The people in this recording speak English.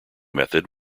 method